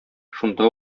шунда